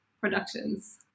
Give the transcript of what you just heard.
productions